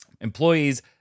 Employees